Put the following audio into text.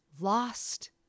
lost